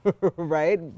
right